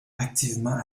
activement